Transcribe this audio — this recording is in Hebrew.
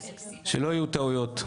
שלא יהיו טעויות.